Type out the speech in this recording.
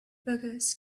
beggars